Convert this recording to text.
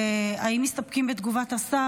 האם מסתפקים בתגובת השר?